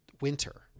winter